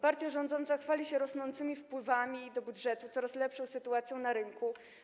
Partia rządząca chwali się rosnącymi wpływami do budżetu, coraz lepszą sytuacją na rynku.